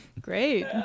Great